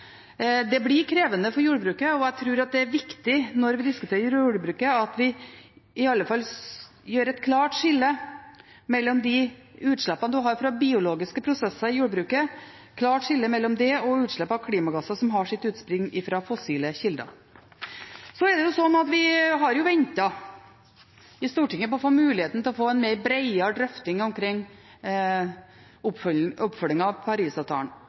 Det blir krevende for jordbruket. Jeg tror det er viktig når vi diskuterer jordbruket, at vi i alle fall har et klart skille mellom utslippene fra biologiske prosesser i jordbruket og utslipp av klimagasser som har sitt utspring i fossile kilder. Vi har ventet på en mulighet i Stortinget til å få en bredere drøfting omkring oppfølgingen av